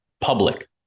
public